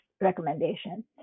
recommendation